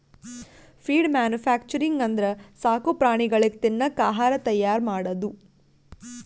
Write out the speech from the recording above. feed manufacturing ಅಂದ್ರ ಸಾಕು ಪ್ರಾಣಿಗಳಿಗ್ ತಿನ್ನಕ್ ಆಹಾರ್ ತೈಯಾರ್ ಮಾಡದು